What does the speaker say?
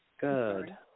good